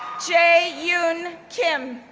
jae yoon kim,